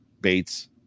Bates